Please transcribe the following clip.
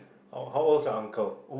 how how old is your uncle